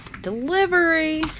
Delivery